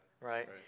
Right